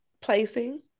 placing